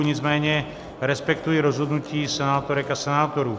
Nicméně respektuji rozhodnutí senátorek a senátorů.